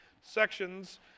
sections